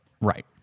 Right